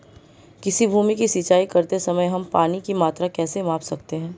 किसी भूमि की सिंचाई करते समय हम पानी की मात्रा कैसे माप सकते हैं?